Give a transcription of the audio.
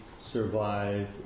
survive